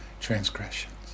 transgressions